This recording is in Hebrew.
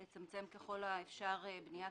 אז המישהו האחר לא יכול לבנות?